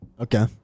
Okay